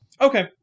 Okay